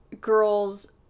girls